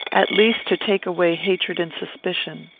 at least to take away hatred and suspicion.